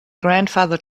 grandfather